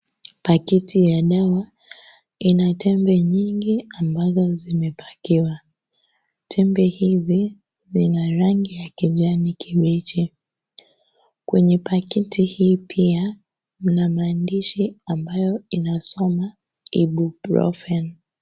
Paketi ya dawa ina tembe nyingi ambazo zimepakiwa ,tembe hizi ni ya rangi ya kijani kibichi kwenye paketi hii pia mna maandishi ambayo inasoma ibuprofen.